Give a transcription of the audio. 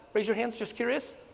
raise your hands, just curious.